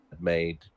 made